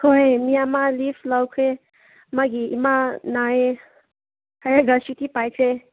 ꯍꯣꯏ ꯃꯤ ꯑꯃ ꯂꯤꯐ ꯂꯧꯈ꯭ꯔꯦ ꯃꯥꯒꯤ ꯏꯃꯥ ꯅꯥꯏꯌꯦ ꯍꯥꯏꯔꯒ ꯁꯨꯇꯤ ꯄꯥꯏꯈ꯭ꯔꯦ